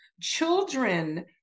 Children